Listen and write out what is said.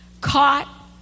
caught